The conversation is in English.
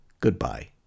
Goodbye